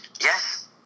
Yes